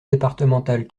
départementale